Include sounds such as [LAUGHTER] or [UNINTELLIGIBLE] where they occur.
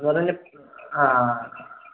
[UNINTELLIGIBLE] എൻ്റെ ആ